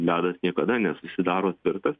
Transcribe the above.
ledas niekada nesusidaro tvirtas